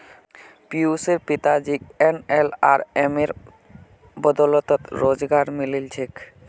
पियुशेर पिताजीक एनएलआरएमेर बदौलत रोजगार मिलील छेक